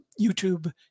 YouTube